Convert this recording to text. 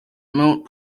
moot